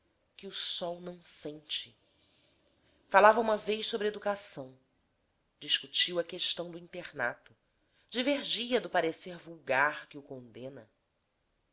que o sol não sente falava uma vez sobre educação discutiu a questão do internato divergia do parecer vulgar que o condena